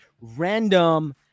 random